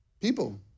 People